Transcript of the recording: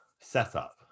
setup